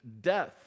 death